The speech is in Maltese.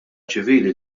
ċivili